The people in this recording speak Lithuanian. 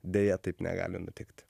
deja taip negali nutikti